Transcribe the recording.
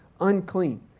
unclean